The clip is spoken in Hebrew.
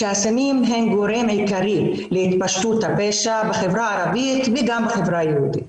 הסמים הם גורם עיקרי להתפשטות הפשע בחברה הערבית וגם בחברה היהודית.